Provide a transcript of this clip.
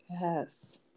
Yes